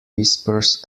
whispers